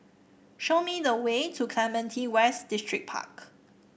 show me the way to Clementi West Distripark